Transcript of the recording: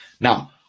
Now